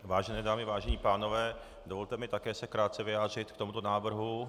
Vážené dámy, vážení pánové, dovolte mi také krátce se vyjádřit k tomu návrhu.